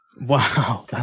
wow